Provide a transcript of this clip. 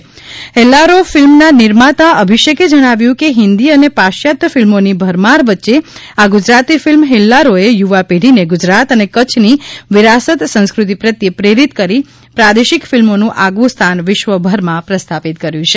હેલ્લારો ફિલ્મના નિર્માતા અભિષેકે જણાવ્યું કે હિન્દી અને પાશ્વાત્ય ફિલ્મોની ભરમાર વચ્ચે આ ગુજરાતી ફિલ્મ હેલ્લારોએ યુવા પેઢીને ગુજરાત અને કચ્છની વિરાસત સંસ્ક્રતિ પ્રત્યે પ્રેરિત કરી પ્રાદેશિક ફિલ્મોનું આગવું સ્થાન વિશ્વભરમાં પ્રસ્થાપિત કર્યુ છે